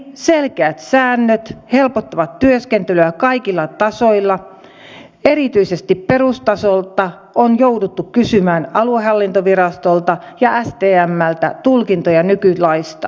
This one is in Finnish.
selkeät säännöt helpottavat työskentelyä kaikilla tasoilla erityisesti perustasolta on jouduttu kysymään aluehallintovirastolta ja stmltä tulkintoja nykylaista